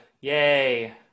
Yay